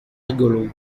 rigolo